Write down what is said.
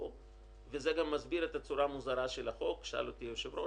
לקחנו את הסכום הזה